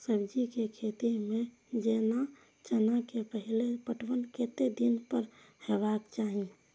सब्जी के खेती में जेना चना के पहिले पटवन कतेक दिन पर हेबाक चाही?